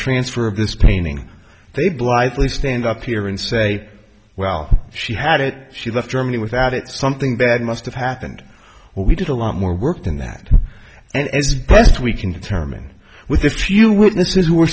transfer of this painting they blithely stand up here and say well she had it she left germany without it something bad must have happened or we did a lot more work than that and as best we can determine with a few witnesses who